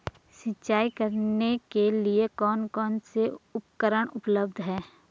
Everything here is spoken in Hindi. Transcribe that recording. सिंचाई करने के लिए कौन कौन से उपकरण उपलब्ध हैं?